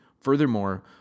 Furthermore